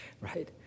right